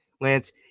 Lance